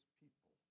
people